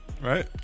right